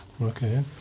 Okay